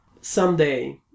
someday